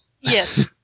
Yes